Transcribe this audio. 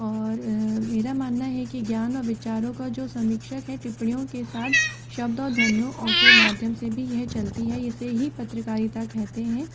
और मेरा मानना है कि ज्ञान और विचारों का जो समीक्षक है टिप्पणियों के साथ शब्द और ध्वनियों के माध्यम से भी यह चलती है इसे ही पत्रकारिता कहते हैं